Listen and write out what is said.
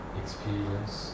experience